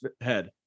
head